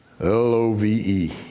L-O-V-E